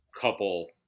couple